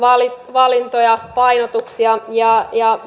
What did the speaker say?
valintoja painotuksia ja ja